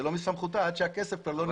זה לא מסמכותה עד שהכסף כבר לא נמצא אצלה.